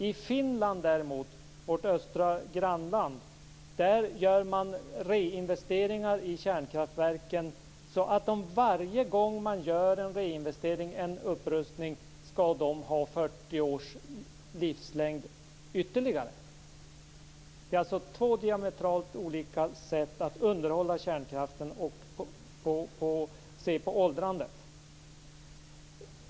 I Finland däremot, vårt östra grannland, gör man reinvesteringar i kärnkraftverken så att de varje gång man gör en upprustning skall ha ytterligare 40 års livslängd. Det är alltså två diametralt olika sätt att underhålla kärnkraften och se på åldrandet.